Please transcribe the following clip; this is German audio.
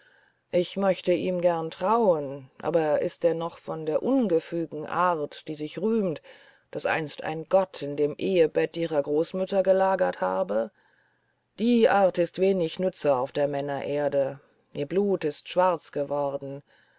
ich möchte ihm gern trauen aber er ist noch von der ungefügen art die sich rühmt daß einst ein gott in dem ehebett ihrer großmütter gelagert habe die art ist wenig nütze auf der männererde ihr blut ist schwarz geworden